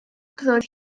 roedd